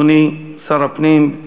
אדוני שר הפנים,